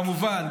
כמובן,